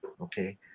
okay